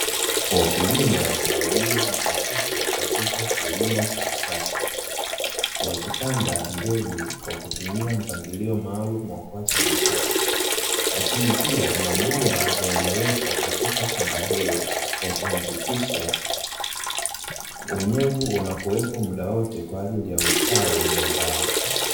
Wakulima waliojidhatiti katika kilima cha kisasa, wakipanda mbegu kwa kutumia mpangilio maalumu wa kuacha nafasi, lakini pia mabomba yaliowekwa katika shamba hilo yakihakikisha unyevu unakuepo muda wote kwaajili ya ustawi mazao.